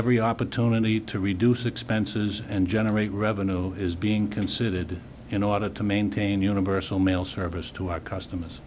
every opportunity to reduce expenses and generate revenue is being considered in order to maintain universal mail service to our customers